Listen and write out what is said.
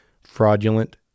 fraudulent